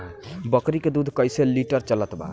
बकरी के दूध कइसे लिटर चलत बा?